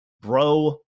bro